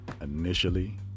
initially